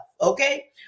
okay